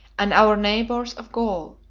and our neighbors of gaul,